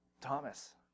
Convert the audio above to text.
Thomas